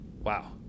Wow